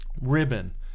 ribbon